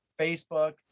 Facebook